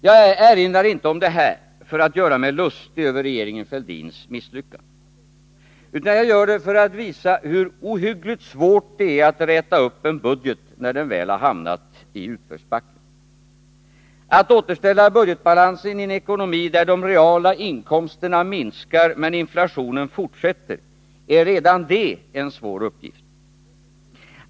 Jag erinrar inte om detta för att göra mig lustig över regeringen Fälldins misslyckanden, utan jag gör det för att visa hur ohyggligt svårt det är att räta upp en budget när den väl hamnat i utförsbacken. Att återställa budgetbalansen i en ekonomi där de reala inkomsterna minskar men inflationen fortsätter är redan det en svår uppgift.